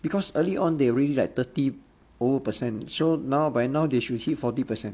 because early on they already like thirty over percent so now by now they should hit forty percent